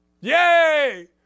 Yay